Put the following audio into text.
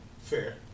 Fair